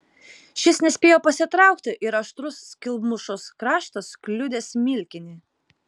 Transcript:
šis nespėjo pasitraukti ir aštrus skylmušos kraštas kliudė smilkinį